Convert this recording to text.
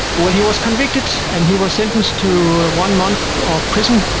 well, he was convicted and he was sentenced to one month of prison.